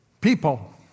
People